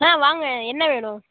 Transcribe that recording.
ஆ வாங்க என்ன வேணும்